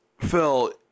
Phil